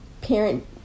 parent